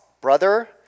brother